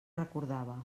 recordava